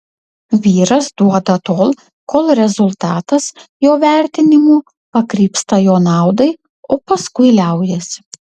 vyras duoda tol kol rezultatas jo vertinimu pakrypsta jo naudai o paskui liaujasi